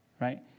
right